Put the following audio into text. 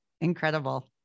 incredible